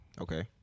Okay